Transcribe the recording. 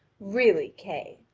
really, kay,